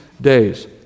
days